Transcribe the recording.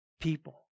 people